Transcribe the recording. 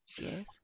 Yes